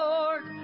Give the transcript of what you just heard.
Lord